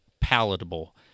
palatable